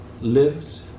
lives